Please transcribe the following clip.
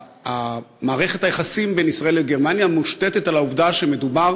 מערכת היחסים בין ישראל לגרמניה מושתתת על העובדה שמדובר